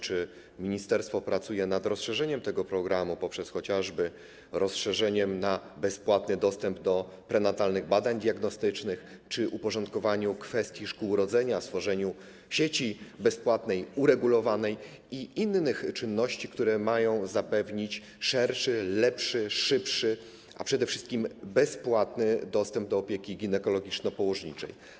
Czy ministerstwo pracuje nad rozszerzeniem tego programu, chociażby poprzez rozszerzenie bezpłatnego dostępu do prenatalnych badań diagnostycznych czy uporządkowanie kwestii szkół rodzenia, stworzenie bezpłatnej uregulowanej sieci i innych czynności, które mają zapewnić szerszy, lepszy, szybszy, a przede wszystkim bezpłatny dostęp do opieki ginekologiczno-położniczej?